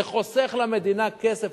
זה חוסך למדינה כסף.